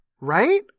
Right